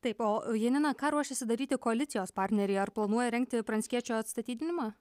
taip o janina ką ruošiasi daryti koalicijos partneriai ar planuoja rengti pranckiečio atstatydinimą